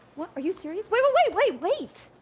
what? are you serious? wait, and wait, wait wait!